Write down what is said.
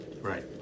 right